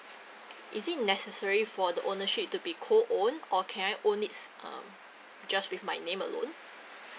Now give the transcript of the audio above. is it necessary for the ownership to be co own or can I own it s~ um just with my name alone